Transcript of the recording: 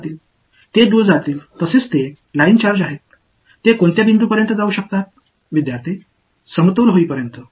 மாணவர் அவைகள் ஒன்றுக்கொன்று விலகிச் செல்லும் அவை லைன் சார்ஜ்கள் அவைகள் எந்த புள்ளி வரை விலகிச் செல்ல முடியுமோ அதுவரை விலகிச்செல்வார்கள்